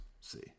see